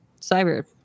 Cyber